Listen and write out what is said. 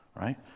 right